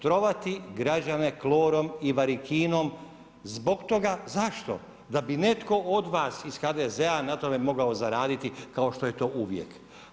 Trovati građane klorom i varikinom, zbog toga, zašto, da bi netko od vas, iz HDZ-a na tome mogao zaraditi, kao što je to uvijek.